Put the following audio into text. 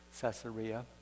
Caesarea